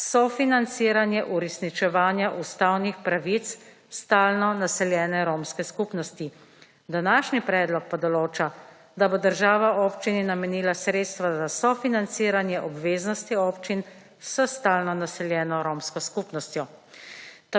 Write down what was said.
sofinanciranje uresničevanja ustavnih pravic stalno naseljene romske skupnosti. Današnji predlog pa določa, da bo država občini namenila sredstva za sofinanciranje obveznosti občin s stalno naseljeno romsko skupnostjo.